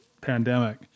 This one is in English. pandemic